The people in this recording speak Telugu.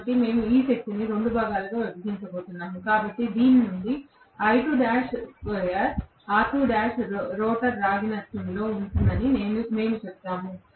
కాబట్టి మేము ఈ శక్తిని 2 భాగాలుగా విభజించబోతున్నాము కాబట్టి దీని నుండి రోటర్ రాగి నష్టం అవుతుందని మేము చెబుతాము